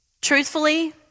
Truthfully